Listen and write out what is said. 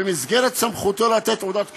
במסגרת סמכותו לתת תעודת כשרות.